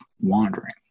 wandering